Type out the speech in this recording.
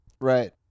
right